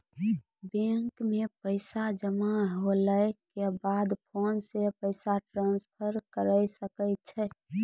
bank मे पैसा जमा होला के बाद फोन से पैसा ट्रांसफर करै सकै छौ